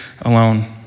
alone